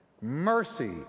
Mercy